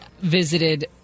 visited